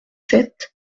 sept